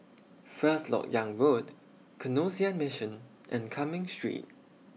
First Lok Yang Road Canossian Mission and Cumming Street